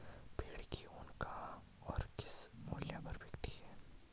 भेड़ की ऊन कहाँ और किस मूल्य पर बिकती है?